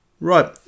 Right